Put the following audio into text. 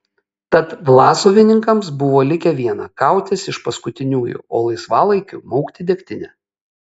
tad vlasovininkams buvo likę viena kautis iš paskutiniųjų o laisvalaikiu maukti degtinę